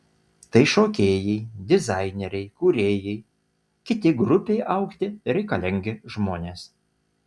tai šokėjai dizaineriai kūrėjai kiti grupei augti reikalingi žmonės